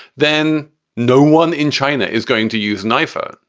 then no one in china is going to use an iphone.